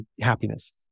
happiness